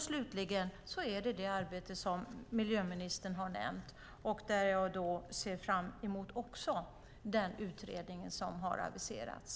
Slutligen handlar det om det arbete som miljöministern har nämnt, och jag ser fram emot den utredning som har aviserats.